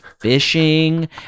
fishing